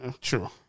True